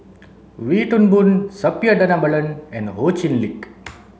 Wee Toon Boon Suppiah Dhanabalan and Ho Chee Lick